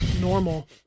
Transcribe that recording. normal